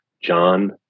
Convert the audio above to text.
John